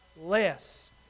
less